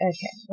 Okay